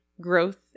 growth